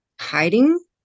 hiding